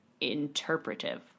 interpretive